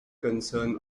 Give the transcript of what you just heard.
concern